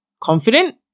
confident